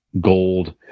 gold